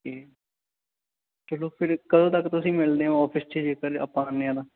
ਜੀ ਚਲੋ ਫਿਰ ਕੱਦੋਂ ਤੱਕ ਤੁਸੀਂ ਮਿਲਦੇ ਹੋ ਆਫਿਸ 'ਚ ਜੇਕਰ ਆਪਾਂ ਆਉਂਦੇ ਹਾਂ ਤਾਂ